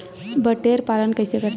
बटेर पालन कइसे करथे?